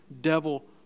devil